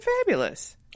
fabulous